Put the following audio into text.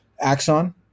Axon